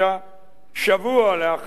שבוע לאחר פסק-הדין,